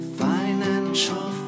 financial